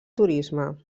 turisme